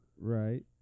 Right